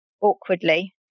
awkwardly